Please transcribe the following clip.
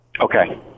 Okay